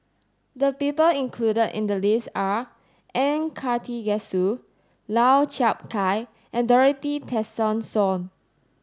the people included in the list are N Karthigesu Lau Chiap Khai and Dorothy Tessensohn